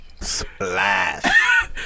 splash